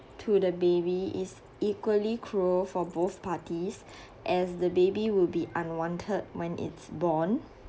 to the baby is equally cruel for both parties as the baby will be unwanted when it's born